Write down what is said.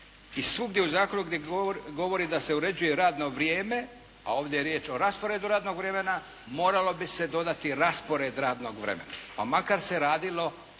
I svugdje u zakonu gdje govori da se uređuje radno vrijeme a ovdje je riječ o rasporedu radnog vremena, moralo bi se dodati raspored radnog vremena pa makar se radilo